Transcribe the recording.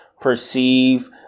perceive